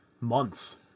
months